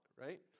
right